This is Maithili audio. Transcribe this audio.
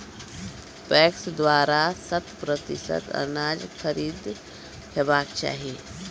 पैक्स द्वारा शत प्रतिसत अनाज खरीद हेवाक चाही?